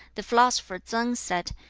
the philosopher tsang said,